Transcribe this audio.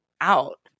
out